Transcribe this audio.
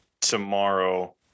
tomorrow